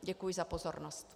Děkuji za pozornost.